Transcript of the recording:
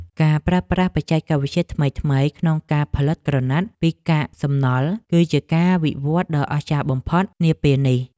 ការប្រើប្រាស់បច្ចេកវិទ្យាថ្មីៗក្នុងការផលិតក្រណាត់ពីកាកសំណល់ គឺជាការវិវត្តដ៏អស្ចារ្យបំផុតនាពេលនេះ។